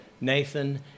nathan